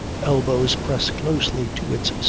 elbows pressed closely to its